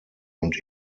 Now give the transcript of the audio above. und